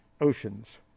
oceans